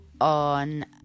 on